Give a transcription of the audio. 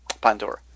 Pandora